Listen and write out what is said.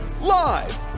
Live